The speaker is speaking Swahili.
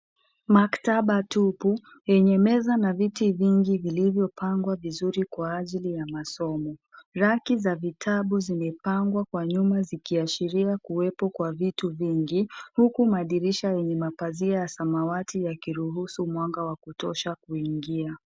Maktaba tupu, yenye meza na viti vingi vilivyopangwa vizuri kwa ajili ya masomo . Raki za vitabu zimepangwa kwa nyuma zikiashiria kuwepo kwa vitu vingi , huku madirisha yenye mapazia ya samawati yakiruhusu mwanga wa kutosha kuingia.